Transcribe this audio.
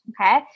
Okay